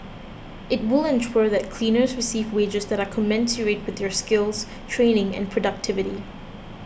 it will ensure that cleaners receive wages that are commensurate with their skills training and productivity